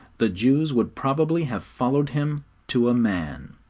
the jews would probably have followed him to a man.